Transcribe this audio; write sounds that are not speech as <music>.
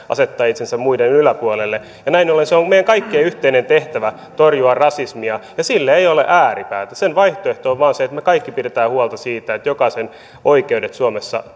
<unintelligible> asettaa itsensä muiden yläpuolelle näin ollen se on meidän kaikkien yhteinen tehtävä torjua rasismia ja sille ei ole ääripäätä sen vaihtoehto on vain se että me kaikki pidämme huolta siitä että jokaisen oikeudet suomessa